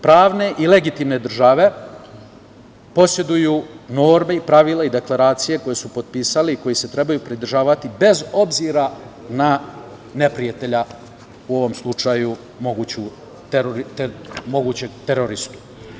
Pravne i legitimne države poseduju norme, pravila i deklaracije koje su potpisali i kojih se trebaju podržavati, bez obzira na neprijatelja, u ovom slučaju mogućeg teroristu.